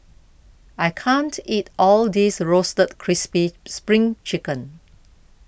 I can't eat all of this Roasted Crispy Spring Chicken